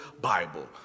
Bible